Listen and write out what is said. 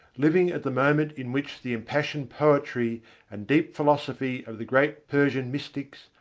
living at the moment in which the impassioned poetry and deep philosophy of the great persian mystics,